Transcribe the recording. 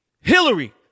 Hillary